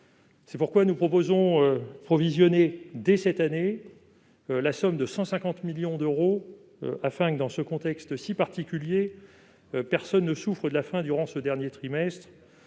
et pour 2021. Nous proposons de provisionner dès cette année la somme de 150 millions d'euros afin que, dans ce contexte si particulier, personne ne souffre de la faim durant le dernier trimestre.